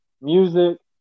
music